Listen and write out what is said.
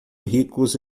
ricos